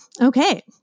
Okay